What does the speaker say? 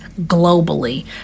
globally